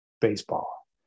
baseball